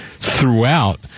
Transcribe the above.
throughout